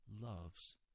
loves